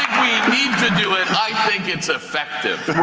need to do it, i think it's effective.